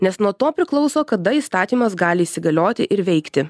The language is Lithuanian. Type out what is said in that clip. nes nuo to priklauso kada įstatymas gali įsigalioti ir veikti